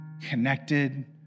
connected